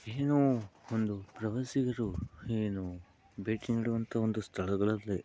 ಏನೋ ಒಂದು ಪ್ರವಾಸಿಗರು ಏನು ಭೇಟಿ ನೀಡುವಂಥ ಒಂದು ಸ್ಥಳಗಳಲ್ಲಿ